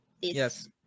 Yes